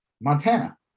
Montana